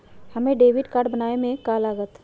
हमें debit card बनाने में का लागत?